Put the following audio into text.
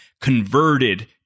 converted